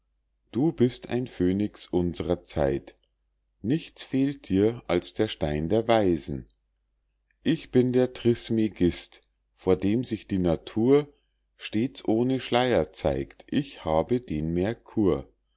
du bist ein phönix uns'rer zeit nichts fehlt dir als der stein der weisen ich bin der trismegist vor dem sich die natur stets ohne schleier zeigt ich habe den merkur